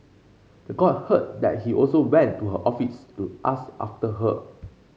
the court heard that he also went to her office to ask after her